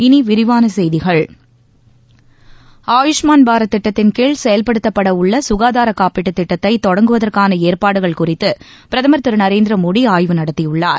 இனி விரிவான செய்திகள் ஆயுஷ்மான் பாரத் திட்டத்தின் கீழ் செயல்படுத்தப்பட உள்ள சுகாதார காப்பீட்டுத் திட்டத்தை தொடங்குவதற்கான ஏற்பாடுகள் குறித்து பிரதமர் திரு நரேந்திர மோடி ஆய்வு நடத்தியுள்ளார்